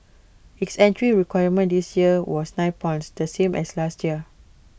acts entry requirement this year was nine points the same as last year